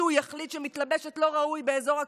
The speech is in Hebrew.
שהוא יחליט שהיא מתלבשת לא ראוי באזור הכותל.